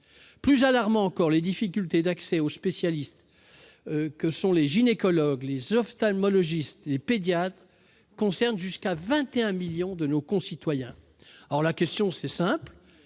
Plus alarmant encore, les difficultés d'accès aux spécialistes que sont les gynécologues, les ophtalmologistes et les pédiatres concernent jusqu'à 21 millions de nos concitoyens. La question est simple